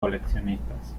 coleccionistas